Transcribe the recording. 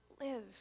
live